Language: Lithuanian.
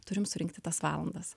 turim surinkti tas valandas